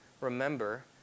remember